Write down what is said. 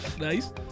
Nice